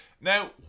Now